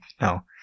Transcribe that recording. No